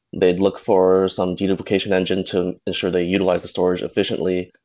they'd look for some d duplication engine to ensure they utilize the storage efficiently.